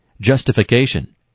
justification